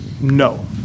No